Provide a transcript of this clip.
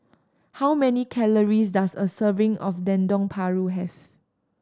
how many calories does a serving of Dendeng Paru have